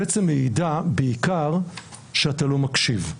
מעידה בעיקר שאתה לא מקשיב.